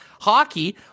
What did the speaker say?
Hockey